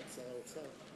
ההצהרה)